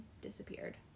disappeared